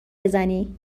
بزنی